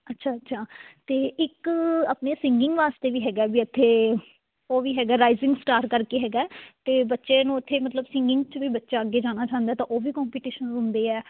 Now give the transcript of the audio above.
ਅੱਛਾ ਅੱਛਾ ਅਤੇ ਇੱਕ ਆਪਣੇ ਸਿਗਿੰਗ ਵਾਸਤੇ ਵੀ ਹੈਗਾ ਵੀ ਇੱਥੇ ਉਹ ਵੀ ਹੈਗਾ ਰਾਈਸਿੰਗ ਸਟਾਰ ਕਰਕੇ ਹੈਗਾ ਅਤੇ ਬੱਚੇ ਨੂੰ ਉੱਥੇ ਮਤਲਬ ਸਿਰਿੰਗ 'ਚ ਵੀ ਬੱਚਾ ਅੱਗੇ ਜਾਣਾ ਚਾਹੁੰਦਾ ਤਾਂ ਉਹ ਵੀ ਕੋਪੀਟੀਸ਼ਨ ਹੁੰਦੇ ਹੈ